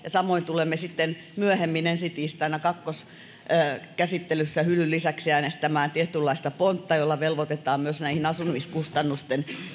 samoin tulemme sitten myöhemmin ensi tiistaina kakkoskäsittelyssä hylyn lisäksi äänestämään tietynlaista pontta jolla velvoitetaan asumiskustannusten